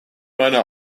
meine